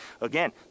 again